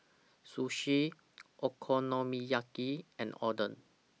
Sushi Okonomiyaki and Oden